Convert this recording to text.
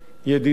ידידי